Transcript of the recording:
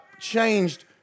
changed